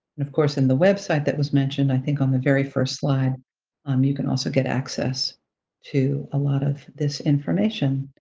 of course, in the website that was mentioned i think on the very first slide um you can also get access to a lot of this information.